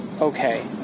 okay